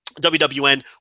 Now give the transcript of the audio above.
WWN